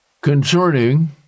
concerning